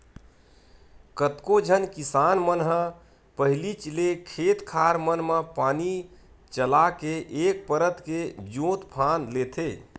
कतको झन किसान मन ह पहिलीच ले खेत खार मन म पानी चलाके एक परत के जोंत फांद लेथे